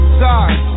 sorry